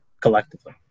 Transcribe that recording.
collectively